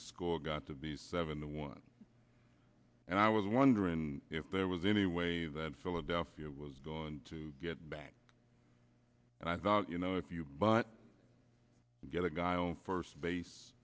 the school got to be seven the one and i was wondering if there was any way that philadelphia was going to get back and i thought you know if you but get a guy on first base